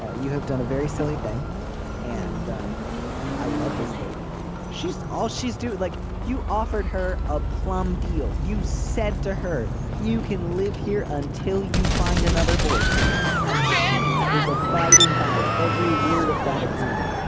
ah you have done a very silly thing and um i love this lady she's all she's do it like you offered her a plum deal. you said to her you can live here until you find another boyfriend and she is abiding by every word of that agreement.